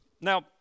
Now